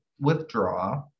withdraw